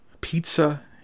Pizza